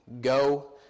Go